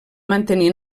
mantenir